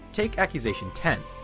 take accusation ten,